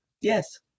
Yes